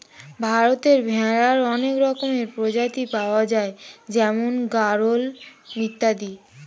ভারতে ভেড়ার অনেক রকমের প্রজাতি পাওয়া যায় যেমন গাড়ল ইত্যাদি